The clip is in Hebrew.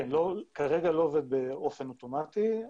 כרגע לא עובד באופן אוטומטי.